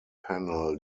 panel